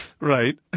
Right